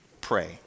pray